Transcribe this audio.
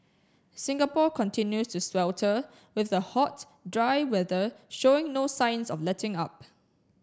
Singapore continues to swelter with the hot dry weather showing no signs of letting up